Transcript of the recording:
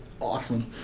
Awesome